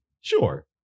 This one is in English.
sure